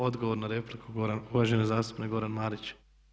Odgovor na repliku, uvaženi zastupnik Goran Marić.